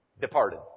Departed